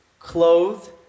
clothed